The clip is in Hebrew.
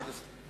חבר הכנסת.